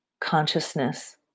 consciousness